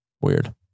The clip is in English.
Weird